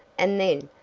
and then,